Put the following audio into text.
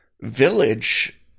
village